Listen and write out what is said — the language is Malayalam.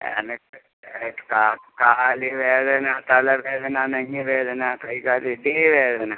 എനിക്ക് കാലുവേദന തലവേദന നെഞ്ച് വേദന കൈ കാൽ പെടലി വേദന